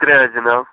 ترٛےٚ جِناب